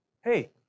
hey